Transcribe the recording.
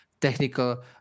technical